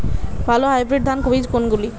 ভালো হাইব্রিড ধান বীজ কোনগুলি?